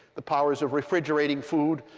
the powers of refrigerating food,